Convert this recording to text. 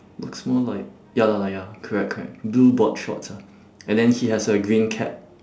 looks more like ya lah like ya correct correct blue board shorts ah and then he has a green cap